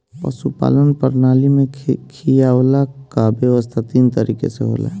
पशुपालन प्रणाली में खियवला कअ व्यवस्था तीन तरीके से होला